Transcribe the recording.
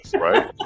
right